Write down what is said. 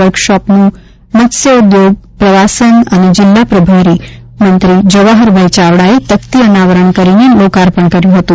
વર્કશોપનું મત્સ્યોદ્યોગ પ્રવાસન અને જિલ્લા પ્રભારી મંત્રીશ્રી જવાહરભાઇ ચાવડાએ તકતી અનાવરણ કરી લોકાર્પણ કર્યું હતું